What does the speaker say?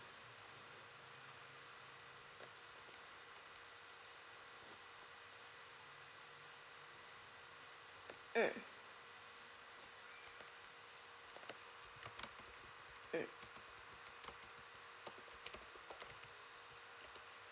mm mm